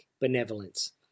Benevolence